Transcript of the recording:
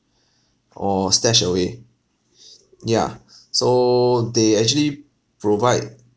or stashed away yeah so they actually provide